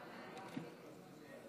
להלן תוצאות